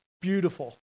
beautiful